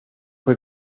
fue